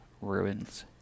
Ruins